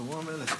שלמה המלך.